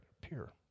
Pure